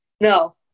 No